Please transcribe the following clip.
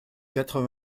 quatre